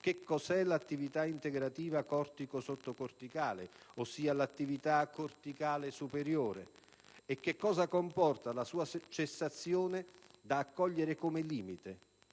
che cos'è l'attività integrativa cortico-sottocorticale (ossia l'attività corticale superiore) e che cosa comporta la sua cessazione da accogliere come limite: